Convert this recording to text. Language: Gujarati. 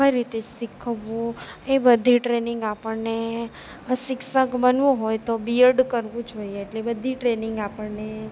કઈ રીતે શીખવવું એ બધી ટ્રેનિંગ આપણને શિક્ષક બનવું હોય તો બીએડ કરવું જોઈએ એટલે બધી ટ્રેનિંગ આપણને